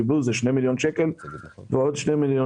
קיבלו 2 מיליון שקלים ועוד 2 מיליון